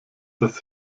das